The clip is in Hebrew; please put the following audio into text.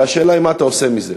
הרי השאלה היא מה אתה עושה מזה.